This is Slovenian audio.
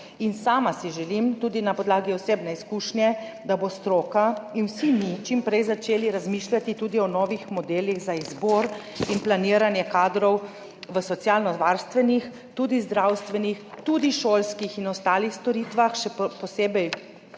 Sama si želim, tudi na podlagi osebne izkušnje, da bomo stroka in vsi mi čim prej začeli razmišljati tudi o novih modelih za izbor in planiranje kadrov v socialnovarstvenih, tudi zdravstvenih, šolskih in ostalih storitvah, še pred